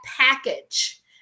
package